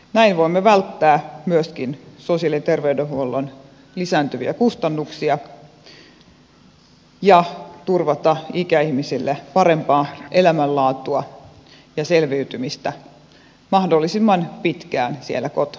näin voimme myöskin välttää sosiaali ja terveydenhuollon lisääntyviä kustannuksia ja turvata ikäihmisille parempaa elämänlaatua ja selviytymistä mahdollisimman pitkään siellä kotona